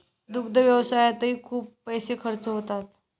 दुग्ध व्यवसायातही खूप पैसे खर्च होतात